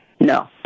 No